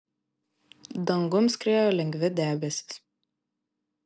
dangum skriejo lengvi debesys